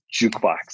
jukebox